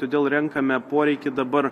todėl renkame poreikį dabar